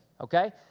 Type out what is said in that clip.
okay